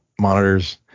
monitors